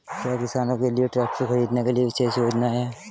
क्या किसानों के लिए ट्रैक्टर खरीदने के लिए विशेष योजनाएं हैं?